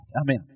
Amen